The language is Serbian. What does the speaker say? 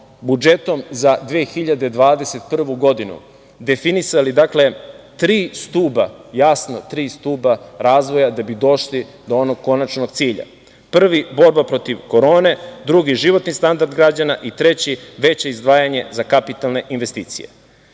budžetom za 2021. godinu, definisali tri stuba, jasno tri stuba razvoja da bi došli do onog konačnog cilja. Prvi, borba protiv korone, drugi životni standard građana i treći, veće izdvajanje za kapitalne investicije. Kada